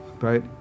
right